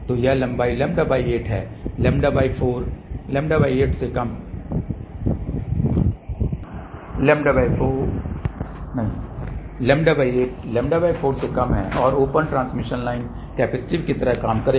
तो यह लंबाई λ8 है λ8 λ4 से कम है और ओपन ट्रांसमिशन लाइन कैपेसिटिव की तरह काम करेगी